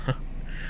!huh!